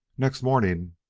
next morning,